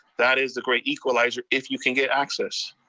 that is the great equalizer if you can get access,